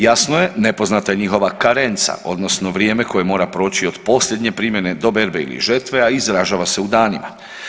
Jasno je nepoznata je njihova karenca odnosno vrijeme koje mora proći od posljednje primjene do berbe ili žetve, a izražava se u danima.